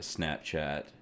Snapchat